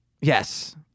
Yes